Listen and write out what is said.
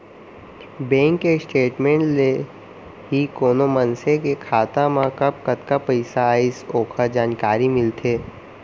bank के statement ले ही कोनो मनसे के खाता मा कब कतका पइसा आइस ओकर जानकारी मिलथे